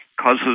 causes